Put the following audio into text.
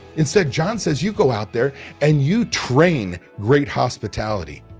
instead, john says, you go out there and you train great hospitality.